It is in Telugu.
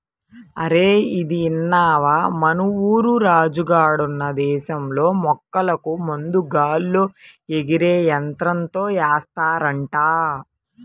అరేయ్ ఇదిన్నవా, మన ఊరు రాజు గాడున్న దేశంలో మొక్కలకు మందు గాల్లో ఎగిరే యంత్రంతో ఏస్తారంట